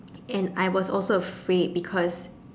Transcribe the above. and I was also afraid because